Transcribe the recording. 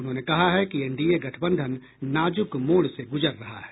उन्होंने कहा है कि एनडीए गठबंधन नाजुक मोड़ से गुजर रहा है